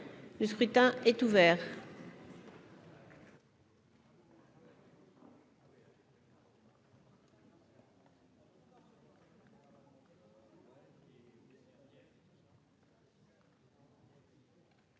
Le scrutin est ouvert.